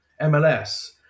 MLS